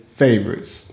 favorites